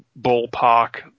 ballpark